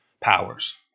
powers